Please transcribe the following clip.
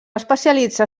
especialitzar